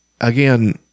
again